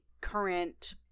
current